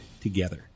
together